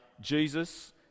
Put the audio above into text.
Jesus